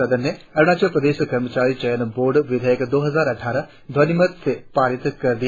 सदन ने अरुणाचल प्रदेश कर्मचारी चयन बोर्ड विधेयक दो हजार अट्ठारह धवनिमत से पारित कर दिया